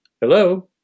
Hello